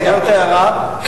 רק הערה,